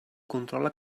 controla